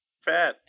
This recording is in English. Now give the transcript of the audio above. fat